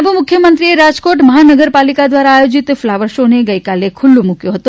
નાયબ મુખ્યમંત્રીએ રાજકોટ મહાનગર પાલિકા દ્વારા આયોજીત ફલાવર શો ને ગઇકાલે ખુલ્લો મુકાયો હતો